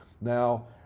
Now